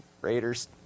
Raiders